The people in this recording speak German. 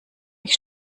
mich